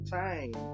time